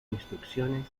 instrucciones